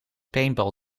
paintball